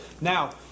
Now